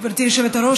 גברתי היושבת-ראש,